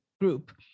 group